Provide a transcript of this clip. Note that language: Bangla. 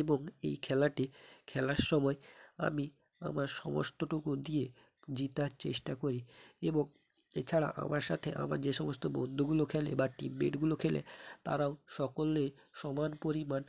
এবং এই খেলাটি খেলার সময় আমি আমার সমস্তটুকু দিয়ে জেতার চেষ্টা করি এবং এছাড়া আমার সাথে আমার যে সমস্ত বন্ধুগুলো খেলে বা টিমমেটগুলো খেলে তারাও সকলে সমান পরিমাণ